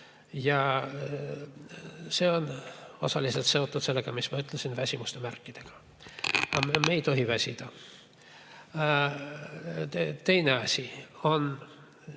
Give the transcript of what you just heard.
Ja see on osaliselt seotud sellega, mis ma ütlesin – väsimuse märkidega. Aga me ei tohi väsida. Teine asi,